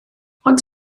ond